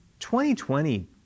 2020